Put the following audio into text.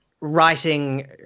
writing